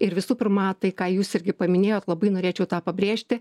ir visų pirma tai ką jūs irgi paminėjot labai norėčiau tą pabrėžti